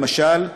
למשל,